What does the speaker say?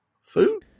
food